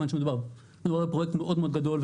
כיוון שמדובר בפרויקט מאוד מאוד גדול,